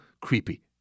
creepy